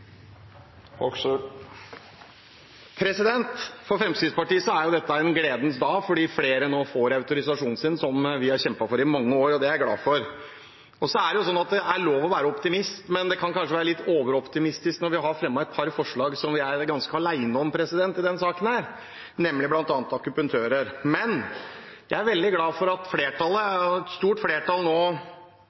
For Fremskrittspartiet er dette en gledens dag fordi flere nå får autorisasjonen sin, som vi har kjempet for i mange år. Det er jeg glad for. Så er det lov å være optimist, men vi har kanskje være litt overoptimistisk når vi har fremmet et par forslag som vi er ganske alene om i denne saken, bl.a. om akupunktører. Men jeg er veldig glad for at flertallet – og et stort flertall nå